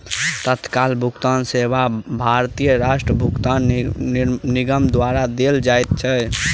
तत्काल भुगतान सेवा भारतीय राष्ट्रीय भुगतान निगम द्वारा देल जाइत अछि